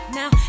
now